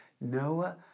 Noah